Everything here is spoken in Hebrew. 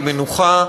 בלי מנוחה,